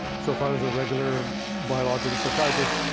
so if i was a regular biological psychiatrist,